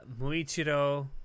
Muichiro